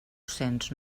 cents